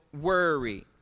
worry